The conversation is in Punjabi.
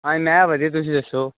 ਹਾਂਜੀ ਮੈਂ ਵਧੀਆ ਤੁਸੀਂ ਦੱਸੋ